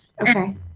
Okay